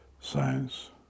science